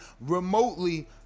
remotely